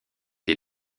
des